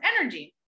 energy